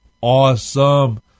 awesome